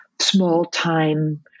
small-time